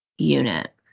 unit